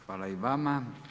Hvala i vama.